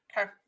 Okay